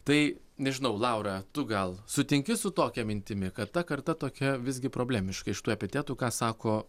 tai nežinau laura tu gal sutinki su tokia mintimi kad ta karta tokia visgi problemiška iš tų epitetų ką sako